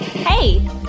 Hey